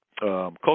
culture